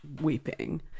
weeping